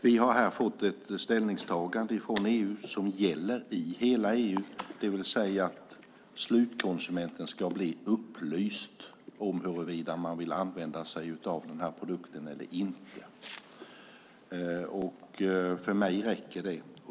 Vi har här fått ett ställningstagande från EU som gäller i hela EU, det vill säga slutkonsumenten ska bli upplyst för att kunna avgöra om man vill använda sig av produkten eller inte. För mig räcker det.